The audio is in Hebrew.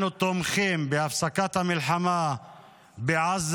אנחנו תומכים בהפסקת המלחמה בעזה.